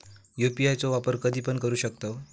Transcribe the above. UPI चो वापर कधीपण करू शकतव?